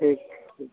ठीक ठीक